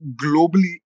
globally